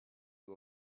you